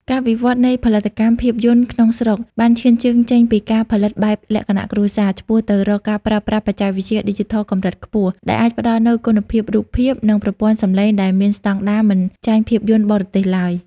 ការវិវត្តនៃផលិតកម្មភាពយន្តក្នុងស្រុកបានឈានជើងចេញពីការផលិតបែបលក្ខណៈគ្រួសារ ឆ្ពោះទៅរកការប្រើប្រាស់បច្ចេកវិទ្យាឌីជីថលកម្រិតខ្ពស់ ដែលអាចផ្ដល់នូវគុណភាពរូបភាព និងប្រព័ន្ធសំឡេងដែលមានស្ដង់ដារមិនចាញ់ភាពយន្តបរទេសឡើយ។